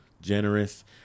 generous